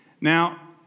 Now